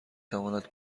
تواند